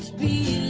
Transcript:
the